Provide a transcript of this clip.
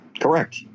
Correct